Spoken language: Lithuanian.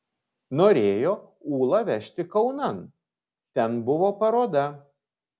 norėjo ūlą vežti kaunan ten buvo paroda